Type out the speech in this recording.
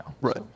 Right